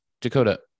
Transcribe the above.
Dakota